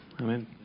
Amen